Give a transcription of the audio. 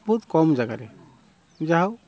ବହୁତ୍ କମ୍ ଜାଗାରେ ଯାହାହେଉ